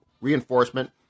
reinforcement